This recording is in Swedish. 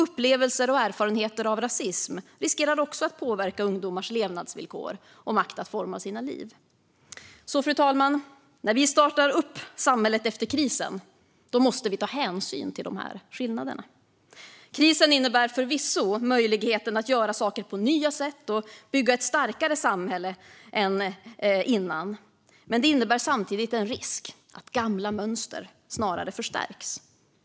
Upplevelser och erfarenheter av rasism riskerar också att påverka ungdomars levnadsvillkor och makt att forma sina liv. Fru talman! När vi startar samhället igen efter krisen måste vi ta hänsyn till skillnaderna. Krisen innebär förvisso möjligheter att göra saker på nya sätt och bygga ett starkare samhälle än innan, men den innebär samtidigt en risk att gamla mönster snarare förstärks.